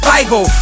Bible